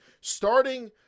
starting